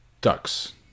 ducks